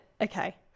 Okay